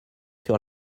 sur